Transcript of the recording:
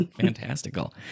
Fantastical